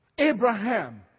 Abraham